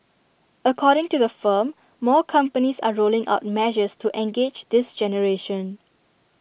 according to the firm more companies are rolling out measures to engage this generation